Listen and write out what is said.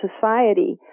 society